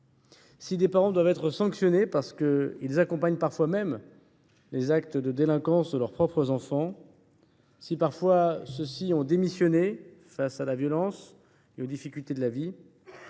Des parents doivent être sanctionnés, parfois parce qu’ils accompagnent même les actes de délinquance de leurs propres enfants, tant certains d’entre eux ont démissionné face à la violence et aux difficultés de la vie.